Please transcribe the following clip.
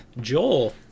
Joel